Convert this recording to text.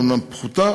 אומנם פחותה,